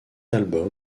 album